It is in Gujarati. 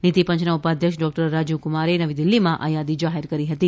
નીતિપંયના ઉપાધ્યક્ષ ડોક્ટર રાજીવ કુમારે નવી દિલ્હીમાં આ યાદી જાહેર કરી હતી